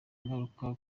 ingaruka